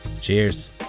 cheers